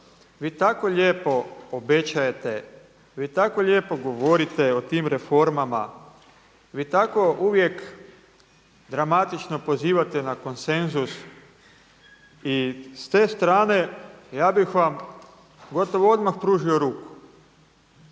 vi tako lijepo obećajete, vi tako lijepo govorite o tim reformama, vi tako uvijek dramatično pozivate na konsenzus i s te strane ja bih vam gotovo odmah pružio ruku.